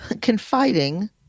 confiding